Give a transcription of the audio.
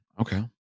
Okay